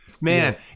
man